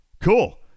Cool